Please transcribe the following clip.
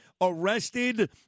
arrested